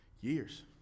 years